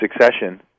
succession